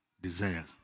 desires